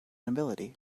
nobility